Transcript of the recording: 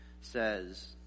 says